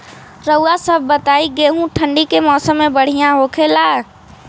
रउआ सभ बताई गेहूँ ठंडी के मौसम में बढ़ियां होखेला?